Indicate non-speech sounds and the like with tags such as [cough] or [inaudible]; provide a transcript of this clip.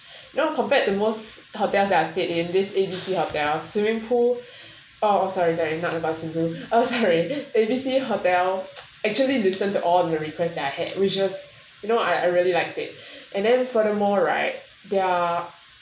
you know compared to most hotels that I stayed in this A B C hotel swimming pool oh sorry sorry not about swimming pool oh sorry A B C hotel [noise] actually listen to all the request that I had which is you know I I really liked it and then furthermore right their